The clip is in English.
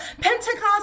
Pentecost